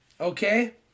Okay